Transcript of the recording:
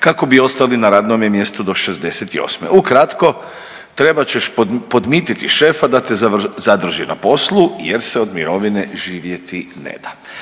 kako bi ostali na radnome mjestu do 68., ukratko trebat ćeš podmititi šefa da te zadrži na poslu jer se od mirovine živjeti ne da.